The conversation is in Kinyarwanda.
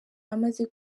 amaze